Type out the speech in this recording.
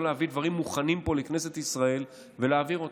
להביא דברים מוכנים פה לכנסת ישראל ולהעביר אותם.